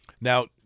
now